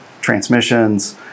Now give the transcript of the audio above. transmissions